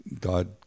god